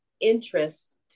interest